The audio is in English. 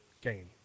gain